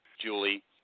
Julie